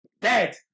dead